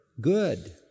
good